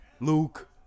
Luke